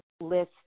list